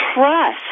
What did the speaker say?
trust